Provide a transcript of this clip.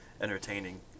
entertaining